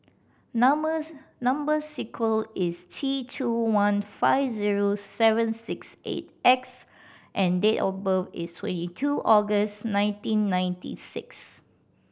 numbers number is T two one five zero seven six eight X and date of birth is twenty two August nineteen ninety six